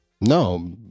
No